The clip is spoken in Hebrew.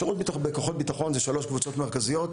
שירות בכוחות ביטחון זה שלוש קבוצות מרכזיות,